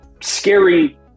scary